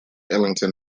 ellington